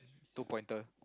two pointer